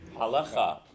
halacha